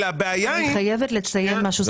אלא הבעיה היא --- אני חייבת לציין משהו,